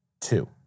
Two